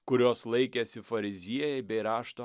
kurios laikėsi fariziejai bei rašto